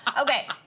Okay